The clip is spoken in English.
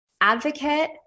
advocate